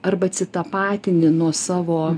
arba atsitapatinti nuo savo